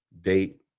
date